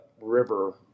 river